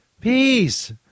peace